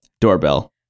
doorbell